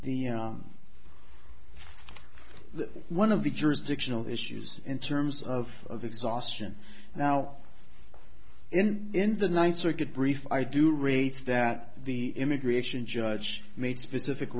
the one of the jurisdictional issues in terms of exhaustion now in in the ninth circuit brief i do race that the immigration judge made specific